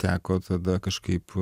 teko tada kažkaip